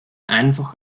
einfach